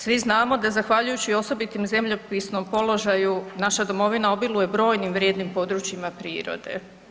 Svi znamo da zahvaljujući osobitim zemljopisnom položaju, naša domovina obiluje brojnim vrijednim područjima prirode.